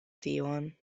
tion